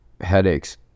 headaches